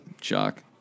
shock